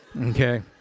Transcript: okay